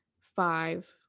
five